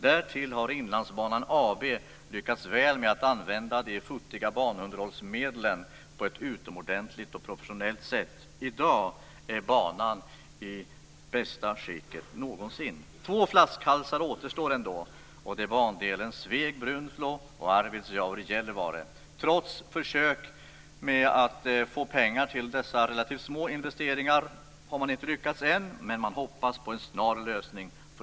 Därtill har Inlandsbanan AB lyckats väl med att använda de futtiga banunderhållsmedlen på ett utomordentligt och professionellt sätt. I dag är banan i bästa skicket någonsin. Två flaskhalsar återstår ändå. Det är bandelarna Sveg-Brunflo och Arvidsjaur-Gällivare. Trots försök har man ännu inte lyckats få pengar till dessa relativt små investeringar. Men man hoppas på en snar lösning.